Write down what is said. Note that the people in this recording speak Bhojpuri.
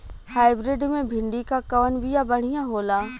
हाइब्रिड मे भिंडी क कवन बिया बढ़ियां होला?